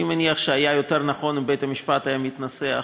אני מניח שהיה יותר נכון לו בית-המשפט היה מתנסח